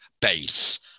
base